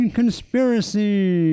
conspiracy